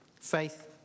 Faith